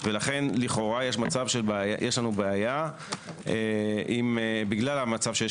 לכן לכאורה יש מצב של בעיה בגלל המצב שיש